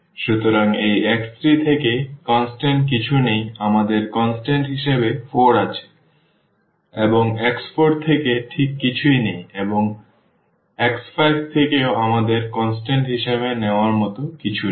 সুতরাং এই x3 থেকে কনস্ট্যান্ট কিছু নেই আমাদের কনস্ট্যান্ট হিসাবে 4 আছে এবং x4 থেকে ঠিক কিছুই নেই এবং x5 থেকেও আমাদের কনস্ট্যান্ট হিসাবে নেওয়ার মতো কিছু নেই